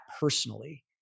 personally